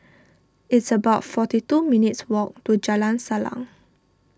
it's about forty two minutes' walk to Jalan Salang